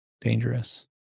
Dangerous